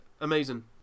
amazing